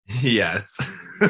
yes